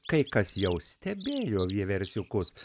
kai kas jau stebėjo vieversiukus